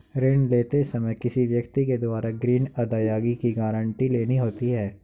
ऋण लेते समय किसी व्यक्ति के द्वारा ग्रीन अदायगी की गारंटी लेनी होती है